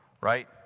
right